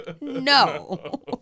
No